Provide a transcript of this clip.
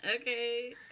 Okay